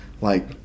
like-